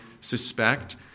suspect